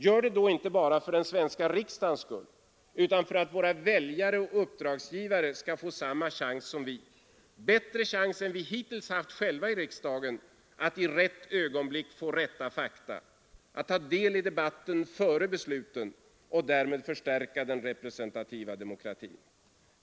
Gör det då inte bara för den svenska riksdagens skull utan för att våra väljare och uppdragsgivare skall ha samma chans som vi — ja bättre chans än vi hittills haft i riksdagen — att i rätt ögonblick få rätta fakta, att ta del i debatten före besluten och därmed förstärka den representativa demokratin.